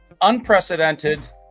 unprecedented